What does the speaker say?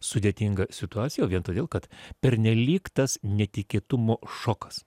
sudėtinga situacija vien todėl kad pernelyg tas netikėtumo šokas